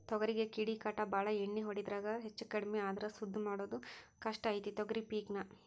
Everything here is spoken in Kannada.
ತೊಗರಿಗೆ ಕೇಡಿಕಾಟ ಬಾಳ ಎಣ್ಣಿ ಹೊಡಿದ್ರಾಗ ಹೆಚ್ಚಕಡ್ಮಿ ಆದ್ರ ಸುದ್ದ ಮಾಡುದ ಕಷ್ಟ ಐತಿ ತೊಗರಿ ಪಿಕ್ ನಾ